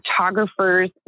photographer's